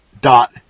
dot